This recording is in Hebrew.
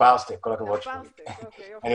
בארץ ואנחנו מאוד מאוד מקווים שהתהליך הזה